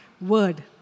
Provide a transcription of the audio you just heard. word